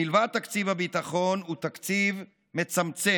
מלבד תקציב הביטחון, הוא תקציב מצמצם.